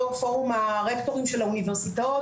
יו"ר פורום הרקטורים של האוניברסיטאות.